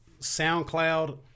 SoundCloud